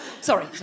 sorry